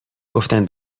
گفتن